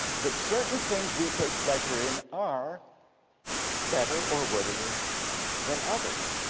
that certain things we take pleasure in are better or worthier than others